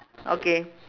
okay